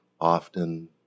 often